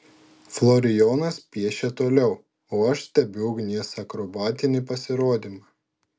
florijonas piešia toliau o aš stebiu ugnies akrobatinį pasirodymą